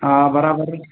हा बराबरि आहे